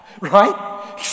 right